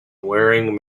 wearing